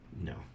No